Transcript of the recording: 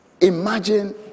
Imagine